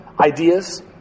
ideas